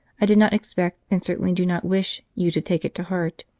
i did not expect, and certainly do not wish, you to take it to heart.